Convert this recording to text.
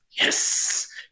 yes